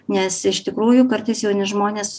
nes iš tikrųjų kartais jauni žmonės